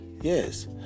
yes